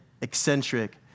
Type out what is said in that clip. eccentric